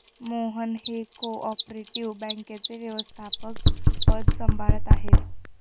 मोहन हे cooperative बँकेचे व्यवस्थापकपद सांभाळत आहेत